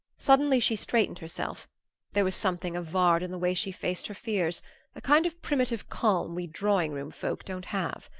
suddenly she straightened herself there was something of vard in the way she faced her fears a kind of primitive calm we drawing-room folk don't have.